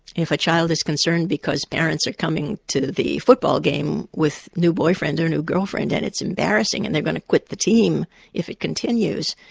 if a child is concerned because parents are coming to the football game with new boyfriend or a new girlfriend and it's embarrassing and they're going to quit the team if it continues,